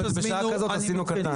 בשעה כזאת עשינו את זה קטן.